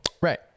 Right